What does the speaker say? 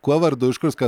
kuo vardu iš kur ska